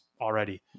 Already